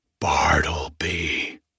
Bartleby